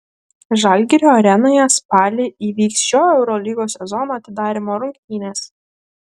žalgirio arenoje spalį įvyks šio eurolygos sezono atidarymo rungtynės